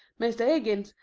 mr. iggins,